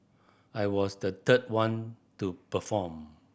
I was the third one to perform